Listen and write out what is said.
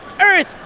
Earth